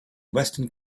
western